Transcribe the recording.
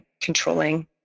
controlling